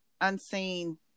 unseen